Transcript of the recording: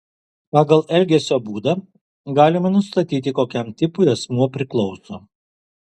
pagal elgesio būdą galima nustatyti kokiam tipui asmuo priklauso